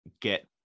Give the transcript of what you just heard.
get